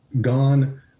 gone